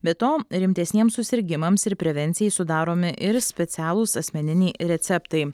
be to rimtesniems susirgimams ir prevencijai sudaromi ir specialūs asmeniniai receptai